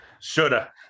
shoulda